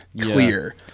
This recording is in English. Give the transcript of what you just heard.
clear